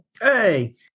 Hey